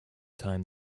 time